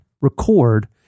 record